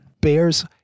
bears